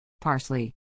Parsley